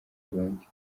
burundi